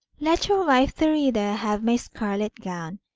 let your wife thurida have my scarlet gown,